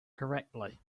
correctly